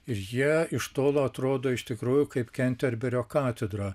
ir jie iš tolo atrodo iš tikrųjų kaip kenterberio katedrą